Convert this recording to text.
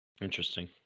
Interesting